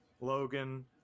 Logan